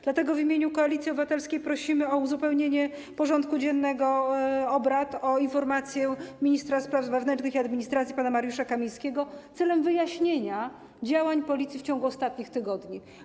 Dlatego w imieniu Koalicji Obywatelskiej prosimy o uzupełnienie porządku dziennego obrad o informację ministra spraw wewnętrznych i administracji pana Mariusza Kamińskiego celem wyjaśnienia działań Policji w ciągu ostatnich tygodni.